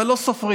אבל לא סופרים.